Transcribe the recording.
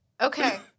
okay